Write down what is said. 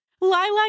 lilac